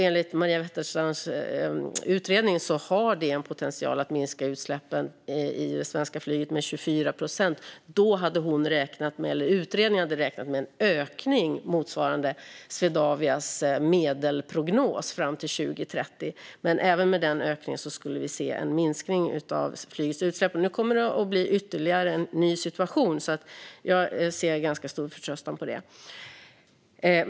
Enligt Maria Wetterstrands utredning har det en potential att minska utsläppen i det svenska flyget med 24 procent. Då hade utredningen räknat med en ökning motsvarande Swedavias medelprognos fram till 2030, men även med den ökningen skulle vi se en minskning av flygets utsläpp. Nu kommer det att bli ytterligare en ny situation, så jag ser med ganska stor förtröstan på det.